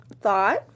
thought